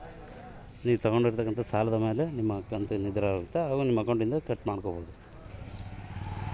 ನನ್ನ ಸಾಲದ ಕಂತು ಎಷ್ಟು ಮತ್ತು ಅಕೌಂಟಿಂದ ನೇರವಾಗಿ ಹಣ ಕಟ್ ಮಾಡ್ತಿರಾ?